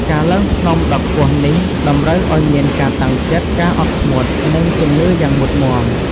ការឡើងភ្នំដ៏ខ្ពស់នេះ តម្រូវឱ្យមានការតាំងចិត្ត ការអត់ធ្មត់ និងជំនឿយ៉ាងមុតមាំ។